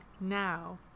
now